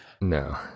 No